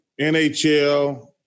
NHL